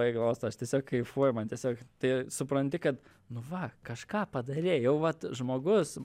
oi glosto aš tiesiog kaifuoju man tiesiog tai supranti kad nu va kažką padarei jau vat žmogus